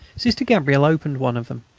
sister gabrielle opened one of them,